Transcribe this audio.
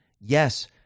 Yes